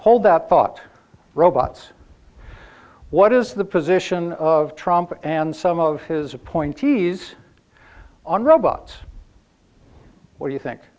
hold that thought robots what is the position of trump and some of his appointees on robots where you think